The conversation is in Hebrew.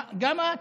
גם אני.